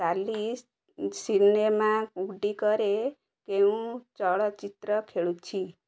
କାଲି ସିନେମା ଗୁଡ଼ିକରେ କେଉଁ ଚଳଚ୍ଚିତ୍ର ଖେଳୁଛି